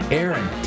Aaron